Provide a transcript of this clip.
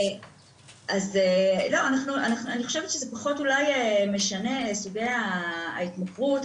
אני חושבת שזה פחות אולי משנה סוגי ההתמכרות.